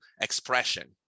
expression